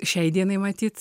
šiai dienai matyt